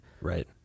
Right